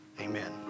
Amen